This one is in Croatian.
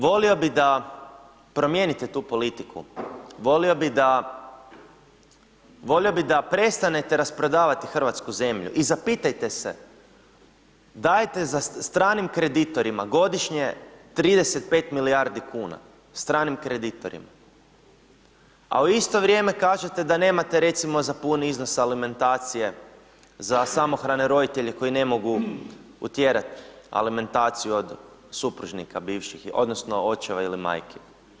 Volio bi da promijenite tu politiku, volio bi da prestanete rasprodavati hrvatsku zemlju i zapitajte se dajete stranim kreditorima godišnje 35 milijardi kuna, stranim kreditorima, a u isto vrijeme kažete da nemate recimo puni iznos alimentacije za samohrane roditelje koji ne mogu utjerat alimentaciju od supružnika bivših odnosno očeva ili majki.